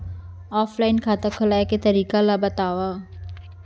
Offline खाता खोलवाय के तरीका ल बतावव?